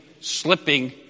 slipping